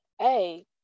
hey